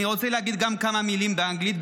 אני רוצה להגיד גם כמה מילים באנגלית,